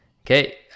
okay